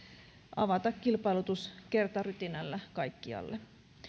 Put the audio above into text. avata kilpailutus kertarytinällä kaikkialle